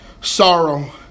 Sorrow